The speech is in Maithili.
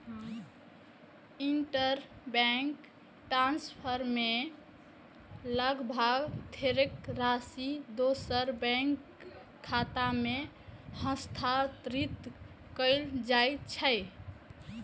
इंटरबैंक ट्रांसफर मे लाभार्थीक राशि दोसर बैंकक खाता मे हस्तांतरित कैल जाइ छै